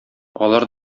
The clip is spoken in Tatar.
алар